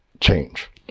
change